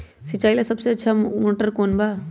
सिंचाई ला सबसे अच्छा मोटर कौन बा?